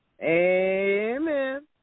Amen